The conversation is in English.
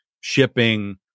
shipping